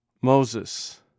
Moses